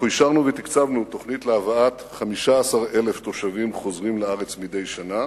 אישרנו ותקצבנו תוכנית להבאת 15,000 תושבים חוזרים לארץ מדי שנה,